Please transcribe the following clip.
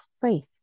faith